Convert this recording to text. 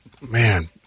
Man